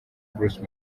bruce